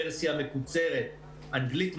ורסיה מקוצרת: אנגלית,